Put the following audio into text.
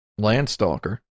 Landstalker